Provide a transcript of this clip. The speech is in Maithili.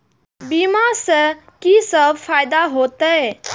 बीमा से की सब फायदा होते?